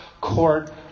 court